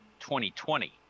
2020